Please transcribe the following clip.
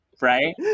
Right